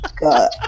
God